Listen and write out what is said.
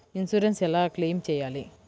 Insurance ఎలా claim చేయాలి?